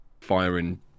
firing